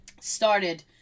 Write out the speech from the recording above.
started